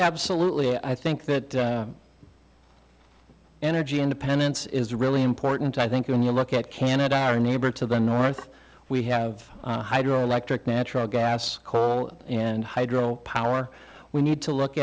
absolutely i think that energy independence is a really important i think when you look at canada our neighbor to the north we have hydroelectric natural gas and hydro power we need to look